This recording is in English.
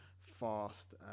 fast